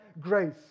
grace